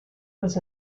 was